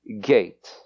gate